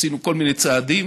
עשינו כל מיני צעדים.